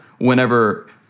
whenever